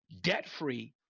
debt-free